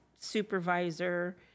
supervisor